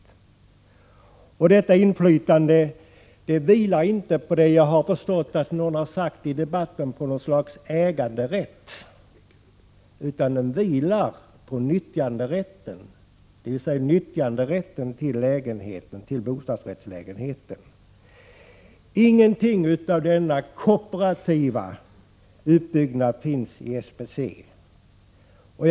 Detta inflytande vilar inte på något slags äganderätt, som jag har förstått att någon har sagt i debatten, utan det vilar på nyttjanderätten till bostadsrättslägenheten. Ingenting av denna kooperativa utbyggnad finns hos SBC.